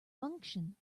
function